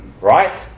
Right